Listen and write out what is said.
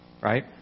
Right